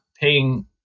paying